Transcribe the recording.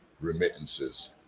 remittances